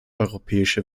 europäische